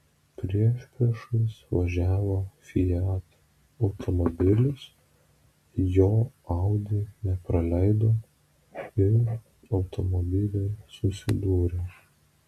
priešpriešiais važiavo fiat automobilis jo audi nepraleido ir automobiliai susidūrė